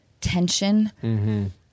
tension